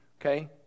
okay